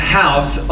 house